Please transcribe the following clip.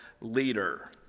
leader